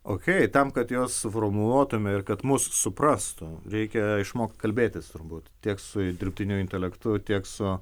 okėj tam kad juos suformuluotume ir kad mus suprastų reikia išmokt kalbėtis turbūt tiek su dirbtiniu intelektu tiek su